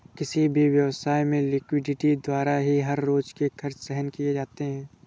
किसी भी व्यवसाय में लिक्विडिटी द्वारा ही हर रोज के खर्च सहन किए जाते हैं